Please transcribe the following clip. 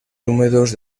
húmedos